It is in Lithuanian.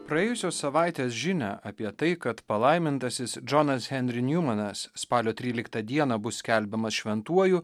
praėjusios savaitės žinią apie tai kad palaimintasis džonas henri njumanas spalio tryliktą dieną bus skelbiamas šventuoju